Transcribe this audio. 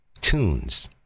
tunes